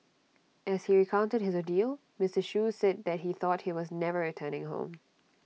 as he recounted his ordeal Mister Shoo said that he thought he was never returning home